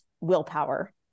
willpower